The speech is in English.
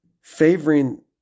favoring